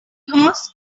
horse